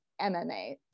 MMA